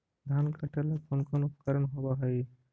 धान काटेला कौन कौन उपकरण होव हइ?